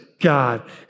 God